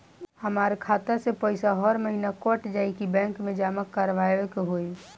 हमार खाता से पैसा हर महीना कट जायी की बैंक मे जमा करवाए के होई?